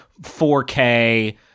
4k